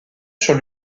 sur